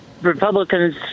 Republicans